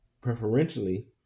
preferentially